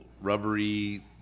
rubbery